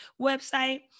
website